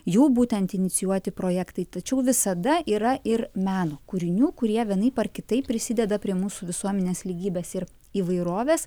jų būtent inicijuoti projektai tačiau visada yra ir meno kūrinių kurie vienaip ar kitaip prisideda prie mūsų visuomenės lygybės ir įvairovės